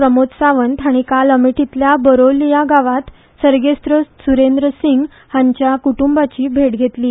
प्रमोद सावंत हांणी अमेठींतल्या बरोवलीया गांवांत सर्गेस्त सुरेंद्र सिंह हांच्या कुटुंबियांची भेट घेतली